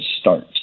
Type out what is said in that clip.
start